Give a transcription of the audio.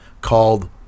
called